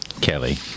Kelly